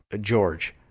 George